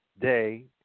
day